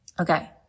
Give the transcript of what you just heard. Okay